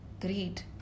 greed